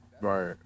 Right